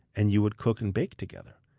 and you would cook and bake together.